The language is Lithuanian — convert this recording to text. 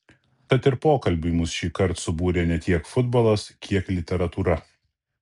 tad ir pokalbiui mus šįkart subūrė ne tiek futbolas kiek literatūra